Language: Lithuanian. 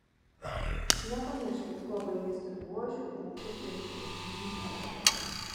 nepamirškit kuo baigėsi buožių ūkių ir kumetynų era